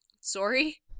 sorry